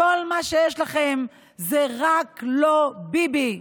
כל מה שיש לכם זה "רק לא ביבי".